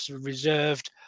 reserved